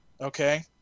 Okay